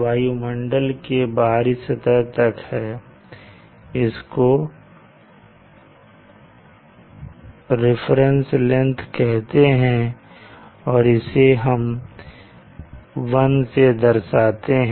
वायुमंडल के बाहरी सतह तक है इसको रिफरेंस लेंथ कहते हैं और इसे 1 से दर्शाते हैं